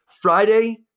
Friday